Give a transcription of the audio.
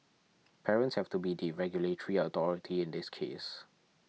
parents have to be the 'regulatory authority' in this case